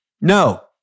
No